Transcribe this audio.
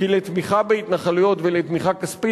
כי לתמיכה בהתנחלויות ולתמיכה כספית